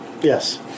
yes